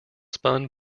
spun